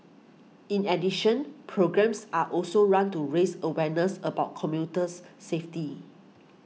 in addition programmes are also run to raise awareness about commuters safety